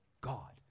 God